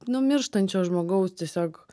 nu mirštančio žmogaus tiesiog